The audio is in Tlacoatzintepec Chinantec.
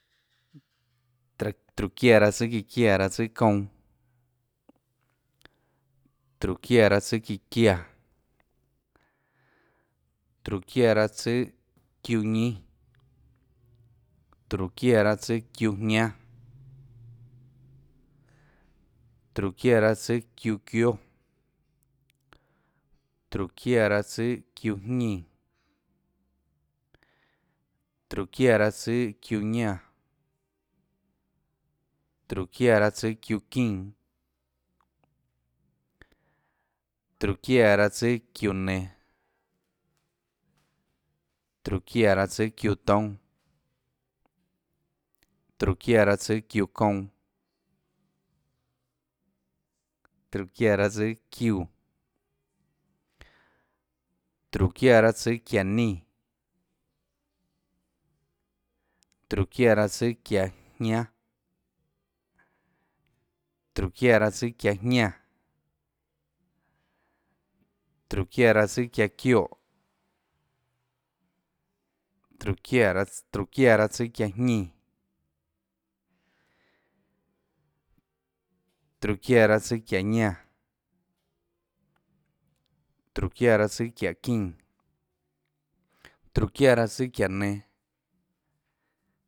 Tróhå çiáã tsùâ çíã çiáã raâ tsùâ çounã, tróhå çiáã tsùâ çíã çiáã, tróhå çiáã raâ tsùâ çiúã ñínâ, tróhå çiáã raâ tsùâ çiúãjñánâ, tróhå çiáã raâ tsùâ çiúã çióâ, tróhå çiáã raâ tsùâ çiúã jñínã, tróhå çiáã raâ tsùâ çiúã ñánã, tróhå çiáã ra âtsùâ çiúã çínã, tróhå çiáã raâ tsùâ çiúã nenå, tróhå çiáã raâ tsùâ çiúã toúnâ, tróhå çiáã raâ tsùâ çiúã kounã, tróhå çiáã raâ tsùâ çiúã, tróhå çiáã raâ tsùâ çiáhå ñínâ, tróhå çiáã raâ tsùâ çiáhå jñánâ, tróhå çiáã raâ tsùâ çiáhå jñánã, tróhå çiáã raâ tsùâ çiáhå çioè, tróhå çiáã sss tróhå çiáã raâ tsùâ çiáhå jñínã, tróhå çiáã raâ tsùâ çiáhå ñánã, tróhå çiáã raâ tsùâ çiáhå çínã, tróhå çiáã raâ tsùâ çiáhå nenå.